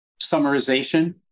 summarization